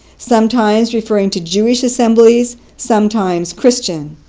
sometimes referring to jewish assemblies, sometimes christian.